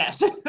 Yes